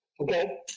okay